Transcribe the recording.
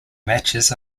matches